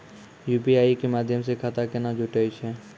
UPI के माध्यम से खाता केना जुटैय छै?